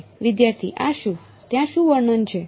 વિદ્યાર્થી આ શું ત્યાં શું વર્ણન છે